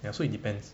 ya so it depends